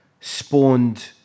spawned